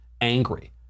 angry